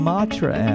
Matra